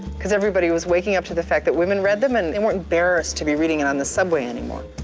cause everybody was waking up to the fact that women read them and they weren't embarrassed to be reading it on the subway anymore.